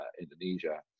Indonesia